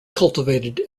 cultivated